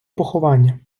поховання